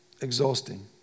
exhausting